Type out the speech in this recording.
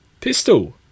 pistol